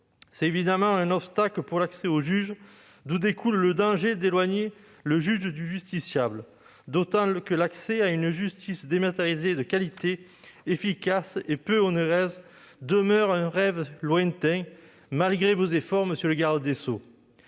C'est évidemment un obstacle pour l'accès au juge, engendrant un risque d'éloigner le juge du justiciable, d'autant que l'accès à une justice dématérialisée de qualité, efficace et peu onéreuse demeure, malgré vos efforts, monsieur le garde des sceaux,